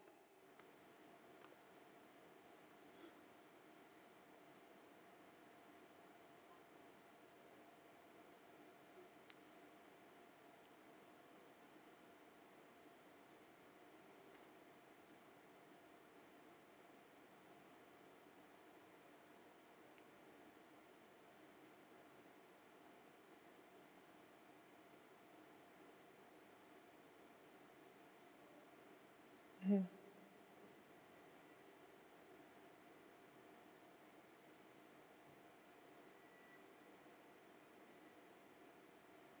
mmhmm